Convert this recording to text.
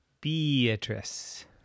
Beatrice